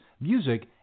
music